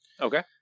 Okay